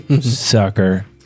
Sucker